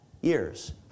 years